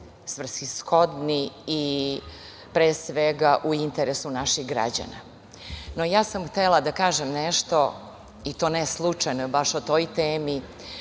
svrsishodni i pre svega u interesu naših građana. Ja sam htela da kažem nešto, i to ne slučajno baš o toj temi,